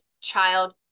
child